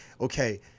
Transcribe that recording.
okay